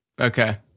Okay